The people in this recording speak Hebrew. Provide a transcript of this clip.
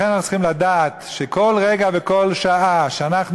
לכן צריכים לדעת שכל רגע וכל שעה שאנחנו